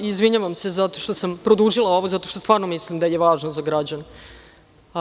Izvinjavam se zato što sam produžila ovo, zato što stvarno mislim da je važno za građane.